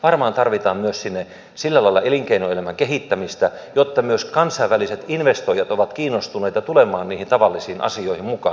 varmaan tarvitaan sinne sillä lailla myös elinkeinoelämän kehittämistä että myös kansainväliset investoijat ovat kiinnostuneita tulemaan niihin tavallisiin asioihin mukaan